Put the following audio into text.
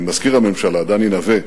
ממזכיר הממשלה דני נוה,